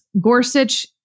Gorsuch